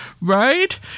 Right